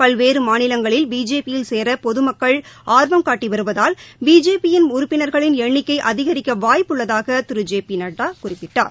பல்வேறு மாநிலங்களில் பிஜேபி யில் சேர பொதுமக்கள் ஆர்வம் காட்டி வருவதால் பிஜேபி யின் உறுப்பினர்களின் எண்ணிக்கை அதிகரிக்க வாய்ப்புள்ளதாக திரு ஜே பி நட்டா குறிப்பிட்டார்